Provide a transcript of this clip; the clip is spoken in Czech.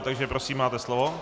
Takže prosím, máte slovo.